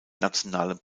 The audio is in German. nationalen